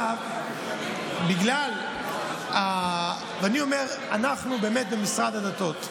אני אומר שאנחנו במשרד הדתות,